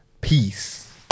Peace